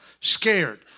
scared